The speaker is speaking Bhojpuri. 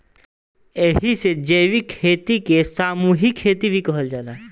एही से जैविक खेती के सामूहिक खेती भी कहल जाला